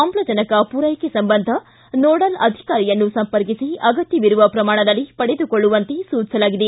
ಆಮ್ಲಜನಿಕ ಪೂರೈಕೆ ಸಂಬಂಧ ನೋಡಲ್ ಅಧಿಕಾರಿಯನ್ನು ಸಂಪರ್ಕಿಸಿ ಅಗತ್ಯವಿರುವ ಪ್ರಮಾಣದಲ್ಲಿ ಪಡೆದುಕೊಳ್ಳುವಂತೆ ಸೂಚಿಸಲಾಗಿದೆ